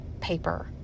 paper